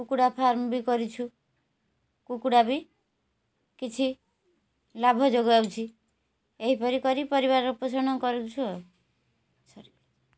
କୁକୁଡ଼ା ଫାର୍ମ୍ ବି କରିଛୁ କୁକୁଡ଼ା ବି କିଛି ଲାଭ ଯୋଗାଉଛି ଏହିପରି କରି ପରିବାର ପୋଷଣ କରୁଛୁ ଆଉ ସରି